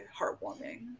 heartwarming